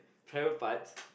private parts